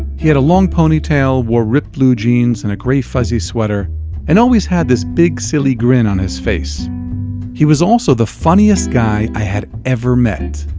he had a long ponytail, wore ripped blue jeans and a grey fuzzy sweater and always had this big silly grin on his face he was also the funniest guy i had ever met.